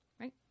right